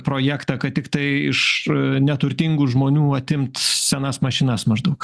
projektą kad tiktai iš neturtingų žmonių atimt senas mašinas maždaug